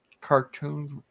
cartoons